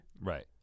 Right